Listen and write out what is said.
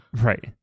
Right